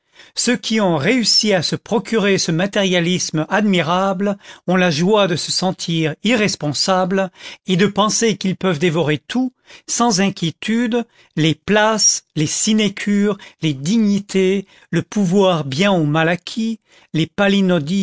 ceux qui ont réussi à se procurer ce matérialisme admirable ont la joie de se sentir irresponsables et de penser qu'ils peuvent dévorer tout sans inquiétude les places les sinécures les dignités le pouvoir bien ou mal acquis les